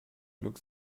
glück